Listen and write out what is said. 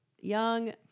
young